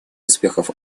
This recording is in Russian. успехов